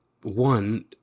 one